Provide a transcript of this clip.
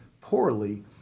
poorly